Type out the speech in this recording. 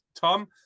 Tom